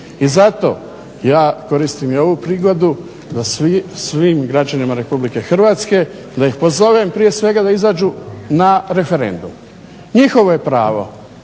I zato ja koristim i ovu prigodu da svim građanima RH da ih pozovem prije svega da izađu na referendum. Njihovo je pravo